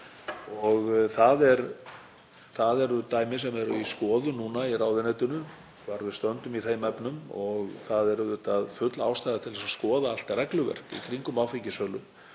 og það eru dæmi sem eru í skoðun núna í ráðuneytinu, hvar við stöndum í þeim efnum. Það er full ástæða til að skoða allt regluverk í kringum áfengissölu.